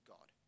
God